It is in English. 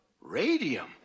Radium